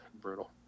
Brutal